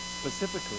specifically